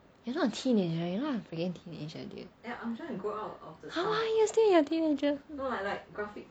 you are not a teenager you are not freaking teenager dude how are you still in your teenager